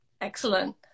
Excellent